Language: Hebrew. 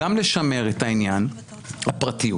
גם לשמר את עניין הפרטיות.